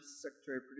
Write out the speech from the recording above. Secretary